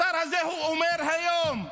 השר הזה אומר היום: